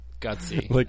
Gutsy